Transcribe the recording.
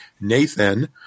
Nathan